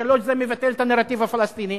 3. זה מבטל את הנרטיב הפלסטיני.